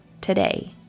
today